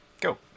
go